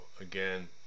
again